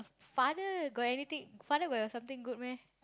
father got anything father got something good meh